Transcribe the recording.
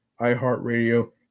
iHeartRadio